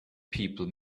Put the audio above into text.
people